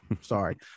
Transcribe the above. Sorry